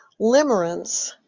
Limerence